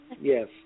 Yes